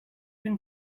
been